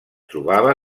trobava